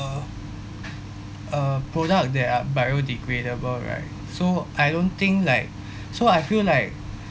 uh product that are biodegradable right so I don't think like so I feel like